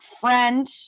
friend